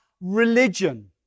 religion